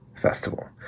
festival